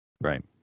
right